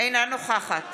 אינה נוכחת